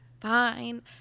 Fine